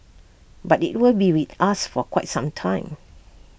but IT will be with us for quite some time